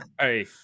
hey